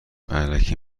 الکی